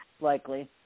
likely